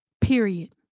Period